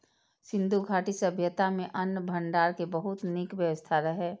सिंधु घाटी सभ्यता मे अन्न भंडारण के बहुत नीक व्यवस्था रहै